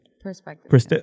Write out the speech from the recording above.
perspective